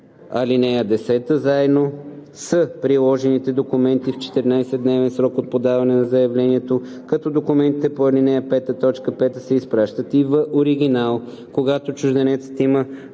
ал. 10, заедно с приложените документи, в 14-дневен срок от подаване на заявлението, като документите по ал. 5, т. 5 се изпращат и в оригинал. Когато чужденецът има